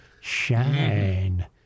shine